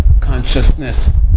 consciousness